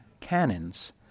cannons